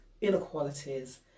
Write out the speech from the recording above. inequalities